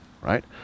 right